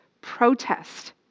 protest